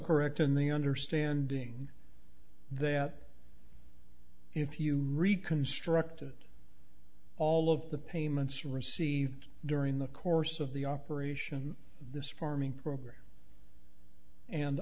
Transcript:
correct in the understanding that if you reconstructed all of the payments received during the course of the operation this farming program and